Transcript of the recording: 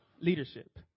leadership